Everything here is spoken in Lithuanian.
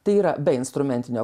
tai yra be instrumentinio